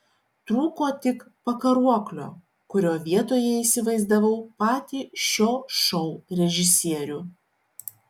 trūko tik pakaruoklio kurio vietoje įsivaizdavau patį šio šou režisierių